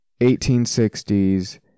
1860s